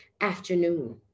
afternoon